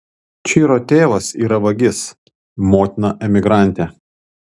čiro tėvas yra vagis motina emigrantė